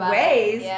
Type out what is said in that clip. ways